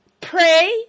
pray